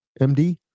MD